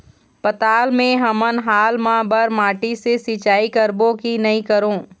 पताल मे हमन हाल मा बर माटी से सिचाई करबो की नई करों?